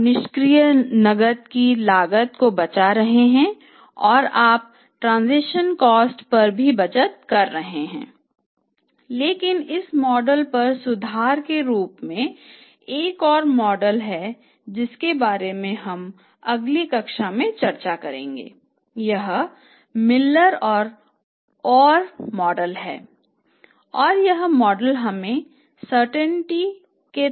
आप निष्क्रिय नकद की लागत को बचा रहे हैं और आप ट्रांसेक्शन कॉस्ट में बदल देते हैं